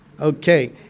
Okay